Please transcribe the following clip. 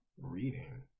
Reading